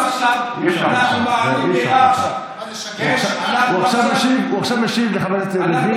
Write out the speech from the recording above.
הוא עכשיו משיב לחבר הכנסת לוין,